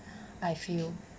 I feel